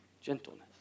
Gentleness